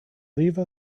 leave